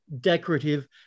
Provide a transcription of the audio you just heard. decorative